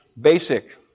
Basic